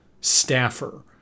staffer